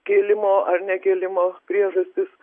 kėlimo ar nekėlimo priežastis